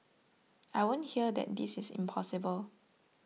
I won't hear that this is impossible